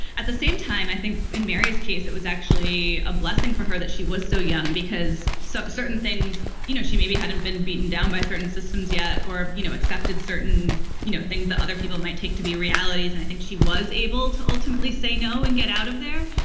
at the same time i think in mary's case it was actually a blessing for her that she was so young because so certain things you know she maybe hadn't been beaten down by certain systems yet or you know accepted certain you know things that other people might take to be realities and i think she was able to ultimately say no and get out of there.